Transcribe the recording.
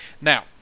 Now